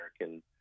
American